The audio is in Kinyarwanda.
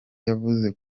yavuze